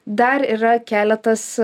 dar yra keletas